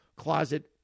closet